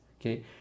Okay